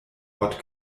ort